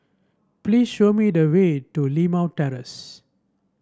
please show me the way to Limau Terrace